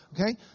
Okay